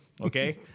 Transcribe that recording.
Okay